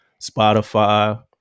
Spotify